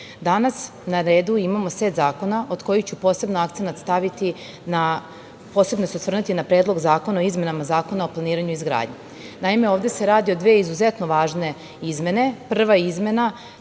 danas na redu imamo set zakona, od kojih ću posebno akcenat staviti i posebno se osvrnuti na Predlog zakona o izmenama Zakona o planiranju i izgradnji. Naime, ovde se radi o dve izuzetno važne izmene. Prva izmena